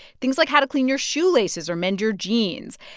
things like how to clean your shoelaces or mend your jeans.